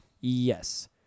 Yes